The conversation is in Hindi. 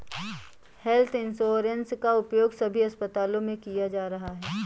हेल्थ इंश्योरेंस का उपयोग सभी अस्पतालों में किया जा रहा है